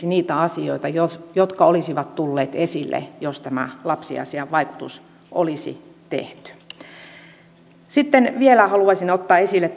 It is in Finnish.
niitä asioita jotka olisivat tulleet esille jos tämä lapsiasiain vaikutusarviointi olisi tehty sitten vielä haluaisin ottaa esille